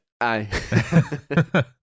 aye